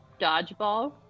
dodgeball